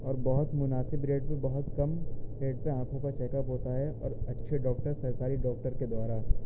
اور بہت مناسب ریٹ میں بہت کم ریٹ میں آنکھوں کا چیک اپ ہوتا ہے اور اچھے ڈاکٹر سرکاری ڈاکٹر کے دوارا